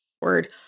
word